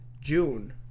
June